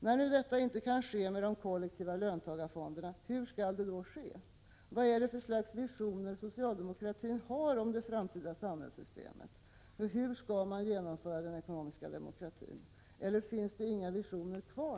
När nu detta inte kan ske med de kollektiva löntagarfonderna, hur skall det då ske? Vad är det för slags visioner socialdemokratin har om det framtida samhällssystemet? Hur skall man genomföra den ekonomiska demokratin? Eller finns det inga visioner kvar?